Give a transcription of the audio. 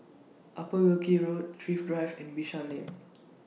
Upper Wilkie Road Thrift Drive and Bishan Lane